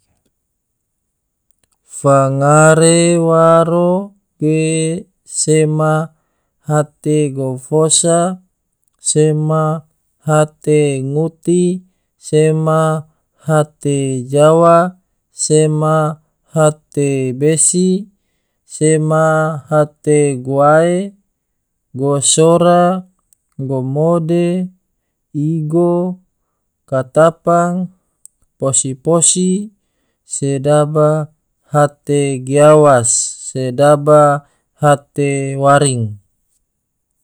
Fangare waro ge sema hate gofosa, sema hate nguti, sema hate jawa, sema hate besi, sema hate guae, gosora, gomode, igo, katapang, posi-posi, sedaba hate giawas, sedaba hate waring.